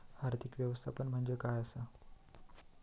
आर्थिक व्यवस्थापन म्हणजे काय असा?